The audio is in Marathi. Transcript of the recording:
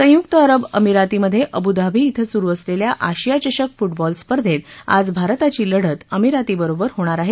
संयुक्त अरब अमिरातीमध्ये अबूधाबी इथं सुरू असलेल्या आशिया चषक फूटबॉल स्पर्धेत आज भारताची लढत अमिरातीबरोबर होणार आहे